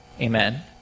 Amen